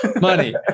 Money